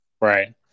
Right